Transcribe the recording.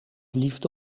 liefde